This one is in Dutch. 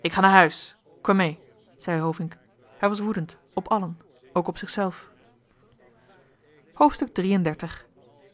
ik ga na huyss kum mee zei hovink hij was woedend op allen ook op